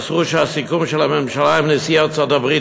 מסרו שהסיכום של הממשלה עם נשיא ארצות-הברית